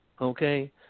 okay